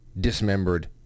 dismembered